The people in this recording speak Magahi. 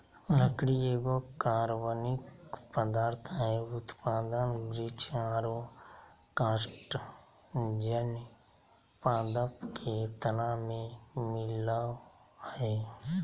लकड़ी एगो कार्बनिक पदार्थ हई, उत्पादन वृक्ष आरो कास्टजन्य पादप के तना में मिलअ हई